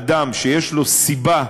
אדם שיש לו סיבה לחשוש,